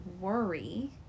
worry